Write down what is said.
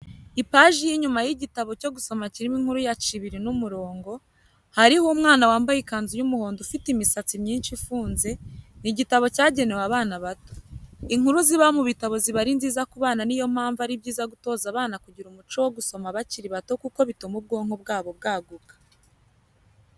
Ipaji y'inyuma y'igitabo cyo gusoma kirimo inkuru ya Cibiri n'umurongo, hariho umwana wambaye ikanzu y'umuhondo ufite imisatsi myinshi ifunze, ni igitabo cyagenewe abana bato. Inkuru ziba mu bitabo ziba ari nziza ku bana niyo mpamvu ari byiza gutoza abana kugira umuco wo gusoma bakiri bato kuko bituma ubwonko bwabo bwaguka